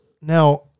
Now